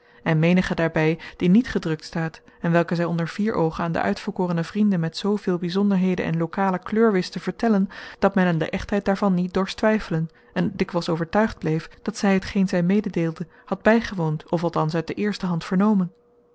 en menige daarbij die niet gedrukt staat en welke zij onder vier oogen aan de uitverkorene vrienden met zooveel bijzonderheden en locale kleur wist te vertellen dat men aan de echtheid daarvan niet dorst twijfelen en dikwijls overtuigd bleef dat zij hetgeen zij mededeelde had bijgewoond of althans uit de eerste hand vernomen